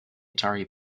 atari